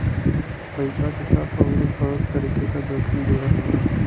पइसा के साथ आउरो बहुत तरीके क जोखिम जुड़ल होला